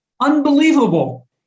unbelievable